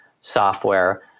software